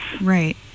Right